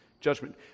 judgment